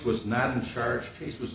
was not in charge face was